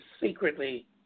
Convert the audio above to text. secretly